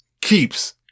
keeps